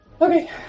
Okay